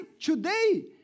today